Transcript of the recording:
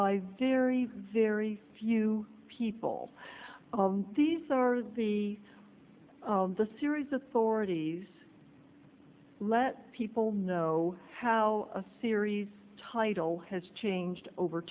by very very few people these are the of the series authorities let people know how a series title has changed over